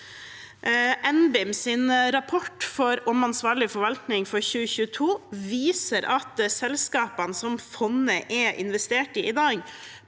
NBIM, sin rapport om ansvarlig forvaltning for 2022 viser at selskapene som fondet er investert i i dag,